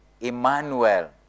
Emmanuel